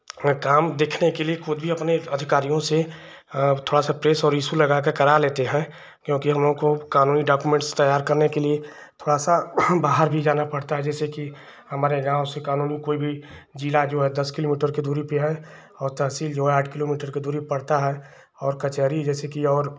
काम देखने के लिए खुद भी अपने अधिकारियों से थोड़ा सा प्रेस और इश्यु लगाकर करा लेते हैं क्योंकि हमलोगों को कानूनी डॉक्युमेन्ट्स तैयार करने के लिए थोड़ा सा बाहर भी जाना पड़ता है जैसे कि हमारे गाँव से कानूनी कोई भी ज़िला जो है दस किलोमीटर की दूरी पर है और तहसील जो है आठ किलोमीटर की दूरी पर पड़ता है और कचहरी जैसे कि और